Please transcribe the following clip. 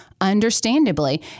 understandably